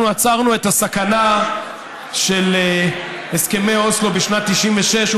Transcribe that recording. אנחנו עצרנו את הסכנה של הסכמי אוסלו בשנת 1996,